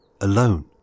alone